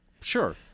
Sure